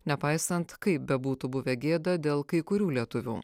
nepaisant kaip bebūtų buvę gėda dėl kai kurių lietuvių